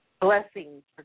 blessings